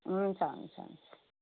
हुन्छ हुन्छ हुन्छ